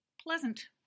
pleasant